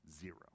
Zero